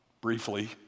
briefly